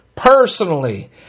personally